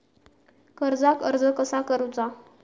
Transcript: कर्जाक अर्ज कसा करुचा?